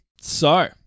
So-